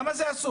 למה זה אסור?